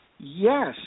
Yes